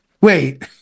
Wait